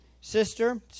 Sister